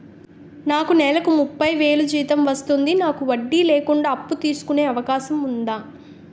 నాకు నేలకు ముప్పై వేలు జీతం వస్తుంది నాకు వడ్డీ లేకుండా అప్పు తీసుకునే అవకాశం ఉందా